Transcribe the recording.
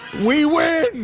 we win,